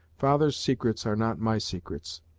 father's secrets are not my secrets.